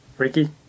Ricky